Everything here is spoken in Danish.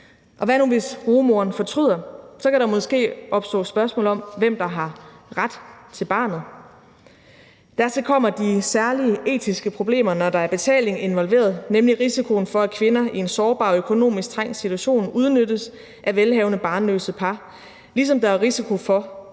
hvad nu, hvis rugemoren fortryder? Så kan der måske opstå spørgsmål om, hvem der har ret til barnet. Dertil kommer de særlige etiske problemer, når der er betaling involveret, nemlig risikoen for, at kvinder i en sårbar økonomisk trængt situation udnyttes af velhavende barnløse par, ligesom der er risiko for,